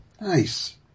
Nice